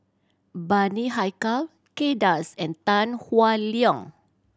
Bani Haykal Kay Das and Tan Howe Liang